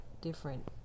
different